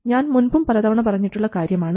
ഞാൻ മുൻപും പലതവണ പറഞ്ഞിട്ടുള്ള കാര്യമാണ്